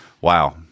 Wow